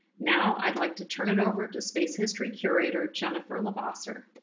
now i'd like to turn it over to space history curator, jennifer levasseur.